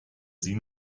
sie